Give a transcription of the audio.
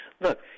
look